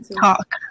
talk